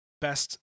best